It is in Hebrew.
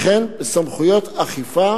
וכן בסמכויות אכיפה